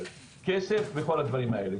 כסף וכל הדברים האלה.